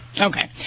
Okay